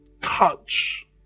touch